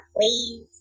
please